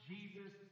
Jesus